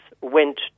went